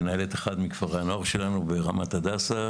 מנהלת אחד מכפרי הנוער שלנו ברמת הדסה.